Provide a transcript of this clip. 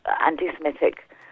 anti-Semitic